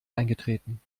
eingetreten